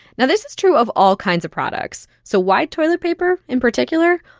now, this is true of all kinds of products. so why toilet paper in particular?